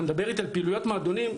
אתה מדבר איתי על פעילויות מועדונים,